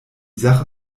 sache